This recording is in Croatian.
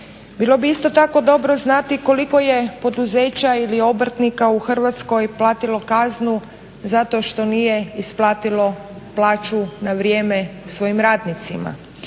Bilo bi isto tako dobro znati koliko je poduzeća ili obrtnika u Hrvatskoj platilo kaznu zato što nije isplatilo plaću na vrijeme svojim radnicima.